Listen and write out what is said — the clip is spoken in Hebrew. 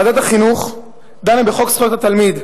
ועדת החינוך דנה בחוק זכויות התלמיד,